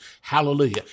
Hallelujah